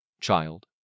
child